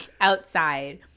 Outside